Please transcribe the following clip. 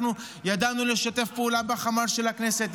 אנחנו ידענו לשתף פעולה בחמ"ל של הכנסת,